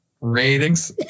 ratings